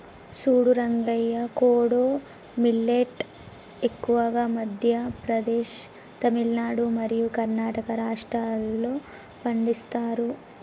సూడు రంగయ్య కోడో మిల్లేట్ ఎక్కువగా మధ్య ప్రదేశ్, తమిలనాడు మరియు కర్ణాటక రాష్ట్రాల్లో పండిస్తారు